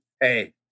hey